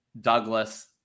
Douglas